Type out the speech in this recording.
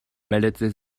meldete